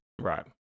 Right